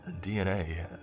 DNA